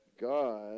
God